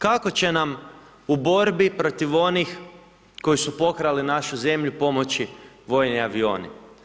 Kako će nam u borbi protiv onih koji su pokrali našu zemlju, pomoći vojni avioni?